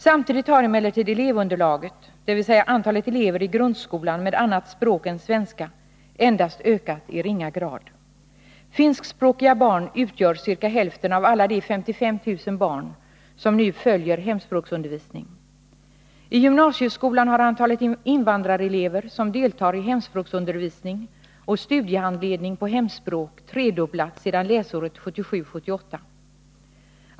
Samtidigt har emellertid elevunderlaget, dvs. antalet elever i grundskolan med annat språk än svenska, endast ökat i ringa grad. Finskspråkiga barn utgör ca hälften av alla de 55 000 barn som nu följer hemspråksundervisning. I gymnasieskolan har antalet invandrarelever som deltar i hemspråksundervisning och studiehandledning på hemspråk tredubblats sedan läsåret 1977/78.